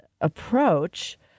approach